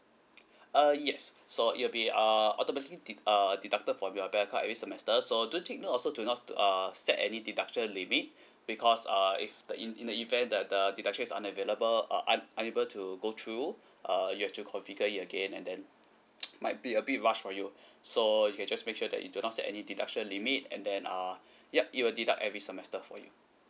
uh yes so it'll be err automatically de~ err deducted from your bank account every semester so do take note also do not err set any deduction limit because uh if the in in the event that the deduction is unavailable uh un~ unable to go through err you have to configure it again and then might be a bit rush for you so you can just make sure that you do not set any deduction limit and then uh yup it will deduct every semester for you